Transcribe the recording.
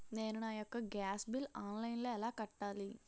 నేను నా యెక్క గ్యాస్ బిల్లు ఆన్లైన్లో ఎలా కట్టాలి?